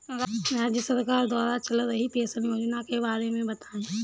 राज्य सरकार द्वारा चल रही पेंशन योजना के बारे में बताएँ?